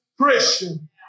Christian